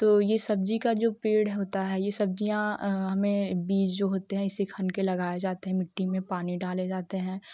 तो यह सब्ज़ी का जो पेड़ होता है यह सब्ज़ियाँ हमें बीच जो होते हैं इसे खान के लगाए जाते हैं मिट्टी में पानी डाले जाते हैं